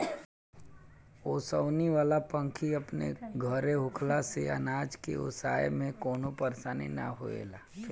ओसवनी वाला पंखी अपन घरे होखला से अनाज के ओसाए में कवनो परेशानी ना होएला